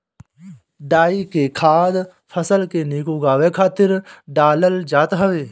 डाई के खाद फसल के निक उगावे खातिर डालल जात हवे